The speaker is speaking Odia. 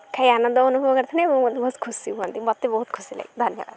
ଖାଇ ଆନନ୍ଦ ଅନୁଭବ କରିଥାନ୍ତି ଏବଂ ମୋତେ ବହୁତ ଖୁସି ହୁଅନ୍ତି ମୋତେ ବହୁତ ଖୁସି ଲାଗେ ଧନ୍ୟବାଦ